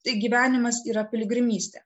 tai gyvenimas yra piligrimystė